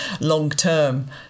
long-term